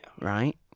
Right